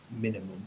minimum